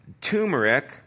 turmeric